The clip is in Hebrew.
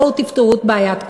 אז בואו תפתרו את בעיית כולם.